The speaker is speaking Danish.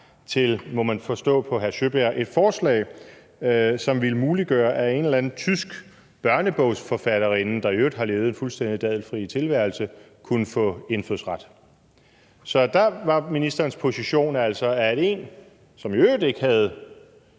må man forstå på hr. Nils Sjøberg, som vil muliggøre, at en eller anden tysk børnebogsforfatterinde, der i øvrigt har levet en fuldstændig dadelfri tilværelse, kunne få indfødsret. Så der var ministerens position altså, at en, som i øvrigt ikke havde